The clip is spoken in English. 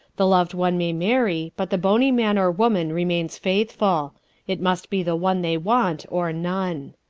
the loved one may marry but the bony man or woman remains faithful it must be the one they want or none.